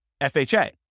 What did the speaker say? FHA